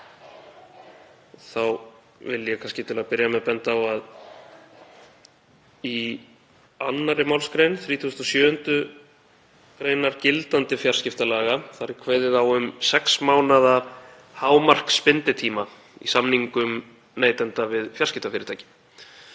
Þá vil ég kannski til að byrja með benda á að í 2. mgr. 37. gr. gildandi fjarskiptalaga er kveðið á um sex mánaða hámarksbinditíma í samningum neytenda við fjarskiptafyrirtækin.